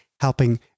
helping